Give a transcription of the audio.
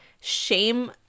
shame